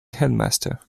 headmaster